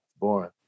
boring